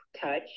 touch